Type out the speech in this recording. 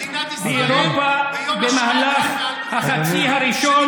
המתבקשת וההכרחית למדיניות הישראלית בכלל ובשטחים הכבושים